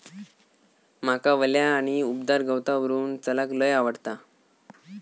माका वल्या आणि उबदार गवतावरून चलाक लय आवडता